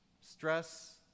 stress